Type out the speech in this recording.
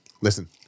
listen